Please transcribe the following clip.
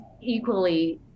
equally